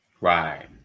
right